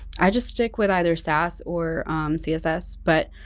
i just stick with either sass or css, but